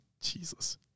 Jesus